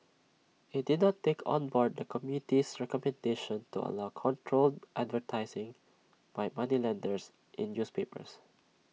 IT did not take on board the committee's recommendation to allow controlled advertising by moneylenders in newspapers